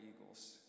eagles